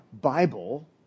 Bible